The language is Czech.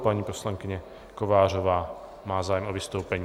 Paní poslankyně Kovářová má zájem o vystoupení.